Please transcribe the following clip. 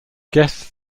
guests